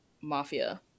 mafia